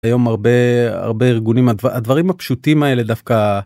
היום הרבה הרבה ארגונים הדברים הפשוטים האלה דווקא.